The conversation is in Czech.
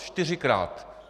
Čtyřikrát!